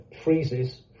freezes